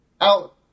Out